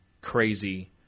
crazy